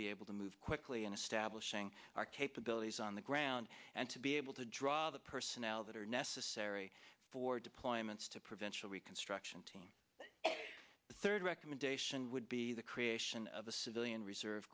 be able to move quickly and establishing our capabilities on the ground and to be able to draw the personnel that are necessary for deployments to prevention reconstruction team third recommendation would be the creation of a civilian reserve